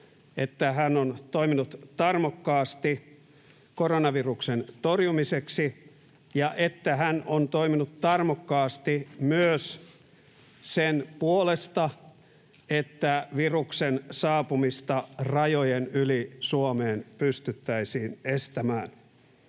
että hän on toiminut tarmokkaasti koronaviruksen torjumiseksi ja että hän on toiminut tarmokkaasti myös sen puolesta, että viruksen saapumista rajojen yli Suomeen pystyttäisiin estämään.